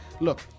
look